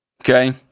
Okay